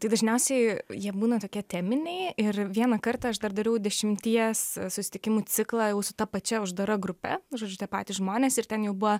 tai dažniausiai jie būna tokie teminiai ir vieną kartą aš dar dariau dešimties susitikimų ciklą jau su ta pačia uždara grupe žodžiu tie patys žmonės ir ten jau buvo